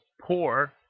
poor